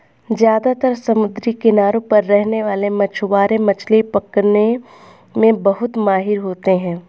ज्यादातर समुद्री किनारों पर रहने वाले मछवारे मछली पकने में बहुत माहिर होते है